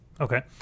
Okay